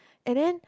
and then